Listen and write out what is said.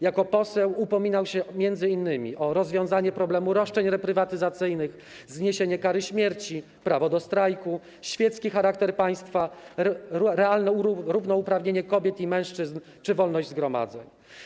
Jako poseł upominał się m.in. o rozwiązanie problemu roszczeń reprywatyzacyjnych, zniesienie kary śmierci, prawo do strajku, świecki charakter państwa, realne równouprawnienie kobiet i mężczyzn czy wolność zgromadzeń.